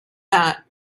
that